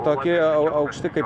tokį aukštį kaip